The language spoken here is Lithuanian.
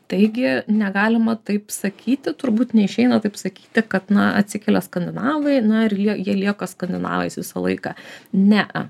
taigi negalima taip sakyti turbūt neišeina taip sakyti kad na atsikelia skandinavai na ir jie lieka skandinavais visą laiką nea